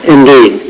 Indeed